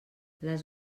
les